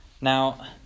Now